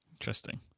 interesting